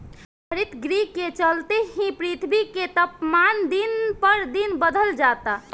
हरितगृह के चलते ही पृथ्वी के तापमान दिन पर दिन बढ़ल जाता